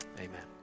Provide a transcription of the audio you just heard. amen